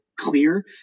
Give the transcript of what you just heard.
clear